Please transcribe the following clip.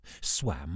swam